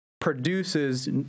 produces